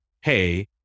Hey